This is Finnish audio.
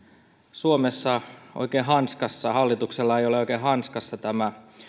suomessa oikein hanskassa hallituksella ei ole oikein hanskassa tämä